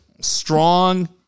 strong